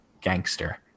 gangster